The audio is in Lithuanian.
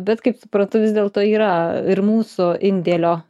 bet kaip suprantu vis dėlto yra ir mūsų indėlio